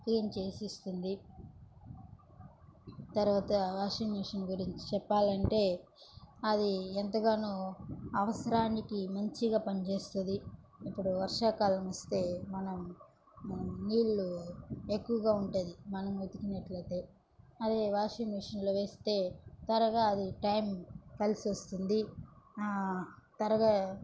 clean చేసి ఇస్తుంది తర్వాత వాషింగ్ మెషిన్ గురించి చెప్పాలంటే అది ఎంతగానో అవసరానికి మంచిగా పని చేస్తుంది ఇప్పుడు వర్షాకాలం వస్తే మనం మనం నీళ్ళు ఎక్కువగా ఉంటుంది మనం ఉతికినట్లయితే అది వాషింగ్ మిషన్లో వేస్తే త్వరగా అది టైం కలిసి వస్తుంది త్వరగా